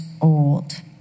old